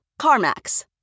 CarMax